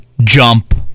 jump